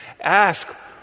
Ask